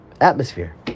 atmosphere